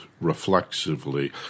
reflexively